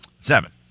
Seven